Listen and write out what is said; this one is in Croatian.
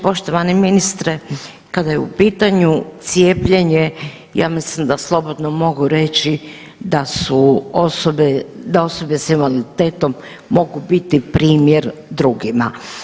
Poštovani ministre, kada je u pitanju cijepljenje ja mislim da slobodno mogu reći da osobe s invaliditetom mogu biti primjer drugima.